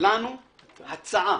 לנו הצעה,